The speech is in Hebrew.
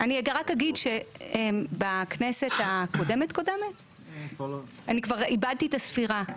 בכנסת הקודמת-קודמת, איבדתי את הספירה,